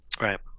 right